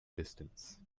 distance